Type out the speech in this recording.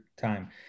time